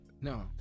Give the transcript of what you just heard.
No